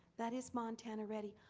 that is montana ready.